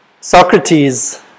Socrates